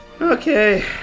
Okay